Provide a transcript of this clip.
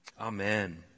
amen